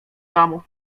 domu